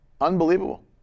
unbelievable